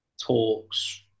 talks